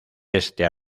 este